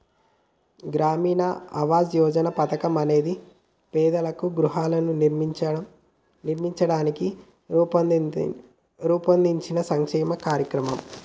గ్రామీణ ఆవాస్ యోజన పథకం అనేది పేదలకు గృహాలను నిర్మించడానికి రూపొందించిన సంక్షేమ కార్యక్రమం